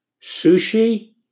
sushi